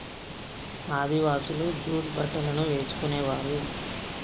ఆదివాసులు జూట్ బట్టలను వేసుకునేవారు